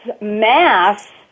mass